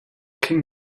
king